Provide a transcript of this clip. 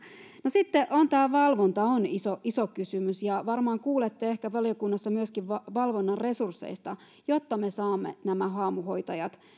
sitten tämä valvonta on iso iso kysymys ja varmaan kuulette valiokunnassa myöskin valvonnan resursseista jotta me saamme nämä haamuhoitajat